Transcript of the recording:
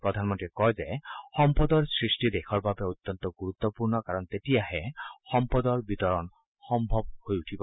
প্ৰধানমন্ত্ৰীয়ে কয় যে সম্পদৰ সৃষ্টি দেশৰ বাবে অত্যন্ত গুৰুত্পূৰ্ণ কাৰণ তেতিয়াহে সম্পদৰ বিতৰণ সম্ভৱ হৈ উঠিব